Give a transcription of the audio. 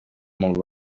molt